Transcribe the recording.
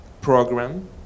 program